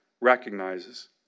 recognizes